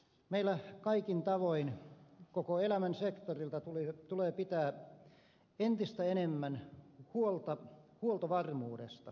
meillä kaikin tavoin koko elämän sektorilta tulee pitää entistä enemmän huolta huoltovarmuudesta